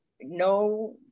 No